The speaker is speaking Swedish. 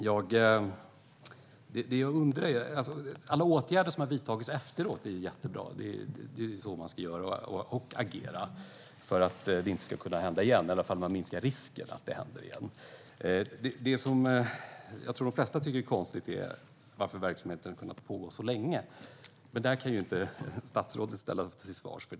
Herr talman! Alla åtgärder som har vidtagits efteråt är jättebra. Det är så här man ska göra och agera för att detta inte ska kunna hända igen eller i alla fall för att minska risken att det händer igen. Det jag tror att de flesta tycker är konstigt är hur verksamheten har kunnat pågå så länge. Det kan inte statsrådet ställas till svars för.